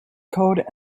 code